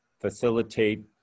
facilitate